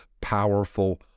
powerful